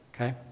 Okay